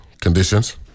conditions